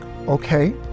okay